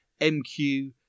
MQ